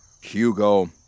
Hugo